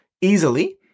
easily